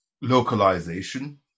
Localization